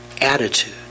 attitude